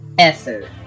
Ether